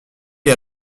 les